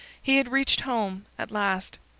he had reached home at last.